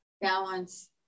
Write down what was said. balance